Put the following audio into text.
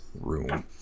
room